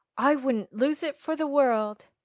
i wouldn't lose it for the world.